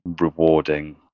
rewarding